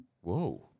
Whoa